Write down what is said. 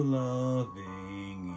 loving